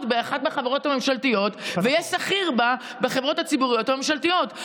באחת החברות הממשלתיות ויהיה שכיר בחברות הציבוריות הממשלתיות.